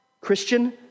Christian